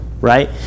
right